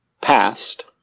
past